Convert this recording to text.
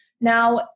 Now